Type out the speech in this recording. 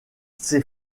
ces